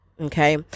okay